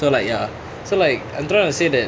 so like ya so like I'm trying to say that